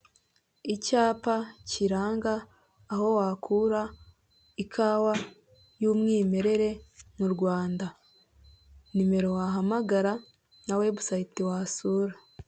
Icyapa kiranga aho wakura ikawa y'umwimerere mu Rwanda, nimero wahamagara na webusayite wasura.